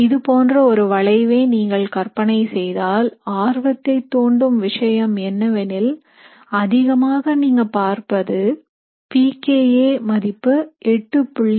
இதுபோன்ற ஒரு வளைவை நீங்கள் கற்பனை செய்தால் ஆர்வத்தை தூண்டும் விஷயம் என்னவெனில் அதிகமாக நீங்கள் பார்ப்பது pKa மதிப்பு 8